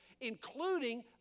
including